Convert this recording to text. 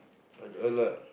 I got a lot